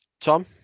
Tom